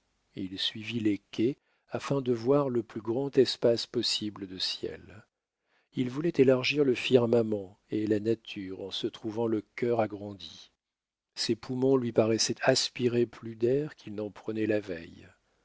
il suivit les quais afin de voir le plus grand espace possible de ciel il voulait élargir le firmament et la nature en se trouvant le cœur agrandi ses poumons lui paraissaient aspirer plus d'air qu'ils n'en prenaient la veille